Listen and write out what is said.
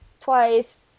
twice